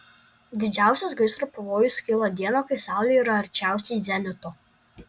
didžiausias gaisro pavojus kyla dieną kai saulė yra arčiausiai zenito